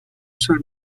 sein